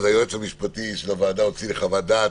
אז היועץ המשפטי של הוועדה הוציא לי חוות דעת